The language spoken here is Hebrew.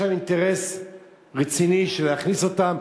יש לה אינטרס רציני להכניס אותם,